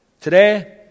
Today